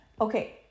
Okay